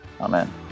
Amen